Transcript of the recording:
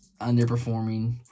underperforming